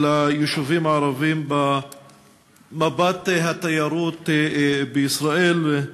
של היישובים הערביים במפת התיירות בישראל.